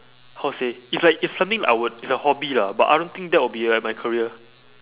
how to say it's like it's something I would it's a hobby lah but I don't think that will be like my career